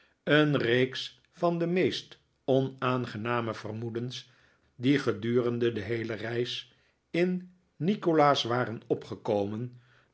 een reeks van de meest onaangename vermoedens die gedurende de heele reis in nikolaas waren opgekomen